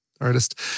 Artist